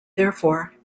therefore